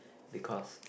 because